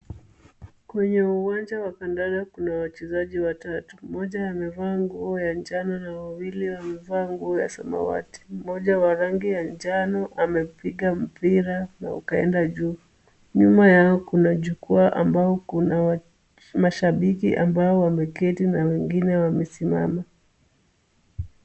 Kwenye uwanja wa kandanda kuna wachezaji watatu, mmoja amevaa nguo ya njano na wawili wamevaa nguo ya samawati. Mmoja wa rangi ya njano amepiga mpira na ukaenda juu. Nyuma yao kuna jukwaa ambao kuna mashabiki ambao wameketi na wengine wamesimama.